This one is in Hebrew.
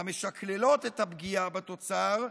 המשקללות את הפגיעה בתוצר,